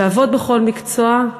לעבוד בכל מקצוע,